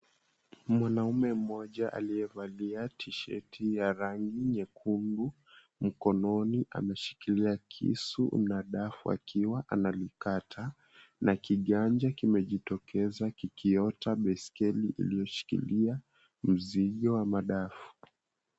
Mwanaume mmoja aliyevalia tisheti ya rangi nyekundu mkononi ameshikilia kisu na dafu akiwa analikata na kiganja kimejitokeza kikiota baiskeli iliyoshikilia mzigo wa madafu.